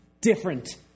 different